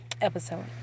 episode